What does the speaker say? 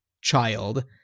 child